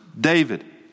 David